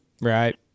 Right